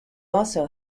also